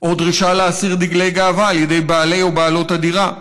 או דרישה להסיר דגלי גאווה על ידי בעלי או בעלות הדירה,